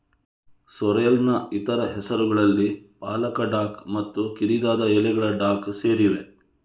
ಸೋರ್ರೆಲ್ನ ಇತರ ಹೆಸರುಗಳಲ್ಲಿ ಪಾಲಕ ಡಾಕ್ ಮತ್ತು ಕಿರಿದಾದ ಎಲೆಗಳ ಡಾಕ್ ಸೇರಿವೆ